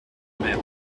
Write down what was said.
mer